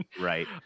Right